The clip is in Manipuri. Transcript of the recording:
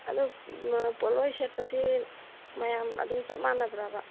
ꯑꯗꯨ ꯄꯣꯠꯂꯣꯏ ꯁꯦꯠꯄꯁꯤ ꯃꯌꯥꯝ ꯑꯗꯨꯝ ꯆꯞ ꯃꯥꯅꯕ꯭ꯔꯕ